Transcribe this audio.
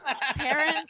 parents